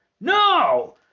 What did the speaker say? No